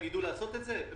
הם ידעו לעשות את זה?